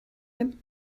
him